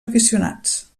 aficionats